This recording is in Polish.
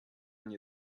nie